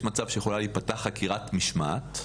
יש מצב שיכולה להיפתח חקירת משמעת,